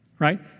right